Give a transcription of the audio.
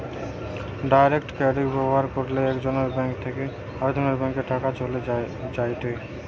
direct credit ব্যবহার কইরলে একজনের ব্যাঙ্ক থেকে আরেকজনের ব্যাংকে টাকা চলে যায়েটে